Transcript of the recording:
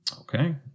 Okay